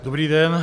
Dobrý den.